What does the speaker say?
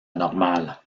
normale